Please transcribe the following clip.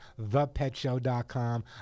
thepetshow.com